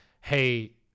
hey